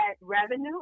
revenue